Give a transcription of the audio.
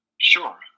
Sure